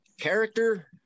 character